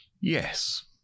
Yes